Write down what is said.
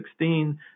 2016